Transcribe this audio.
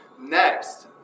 next